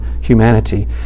humanity